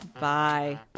Bye